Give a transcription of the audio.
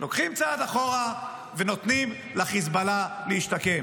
לוקחים צעד אחורה ונותנים לחיזבאללה להשתקם.